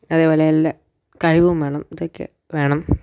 അതേപോലെ എല്ലാ കഴിവും വേണം ഇതൊക്കെ വേണം